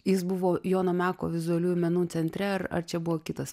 jis buvo jono meko vizualiųjų menų centre ar ar čia buvo kitas